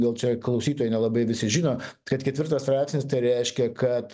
gal čia klausytojai nelabai visi žino kad ketvirtas straipsnis tai reiškia kad